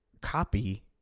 copy